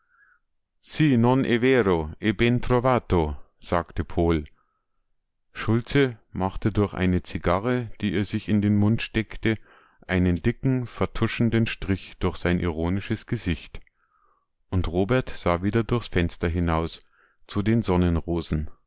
ben trovato sagte pohl schulze machte durch eine zigarre die er sich in den mund steckte einen dicken vertuschenden strich durch sein ironisches gesicht und robert sah wieder durchs fenster hinaus zu den